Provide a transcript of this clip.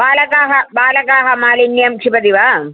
बालकाः बालकाः मालिन्यं क्षिपति वा